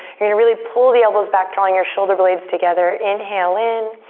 you're gonna really pull the elbows back drawing your shoulder blades together. inhale in.